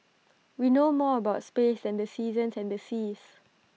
we know more about space than the seasons and the seas